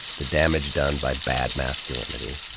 the damage done by bad masculinity.